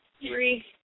three